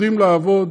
יודעים לעבוד,